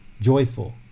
joyful